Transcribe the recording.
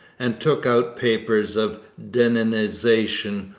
and took out papers of deninization,